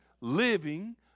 living